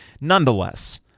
Nonetheless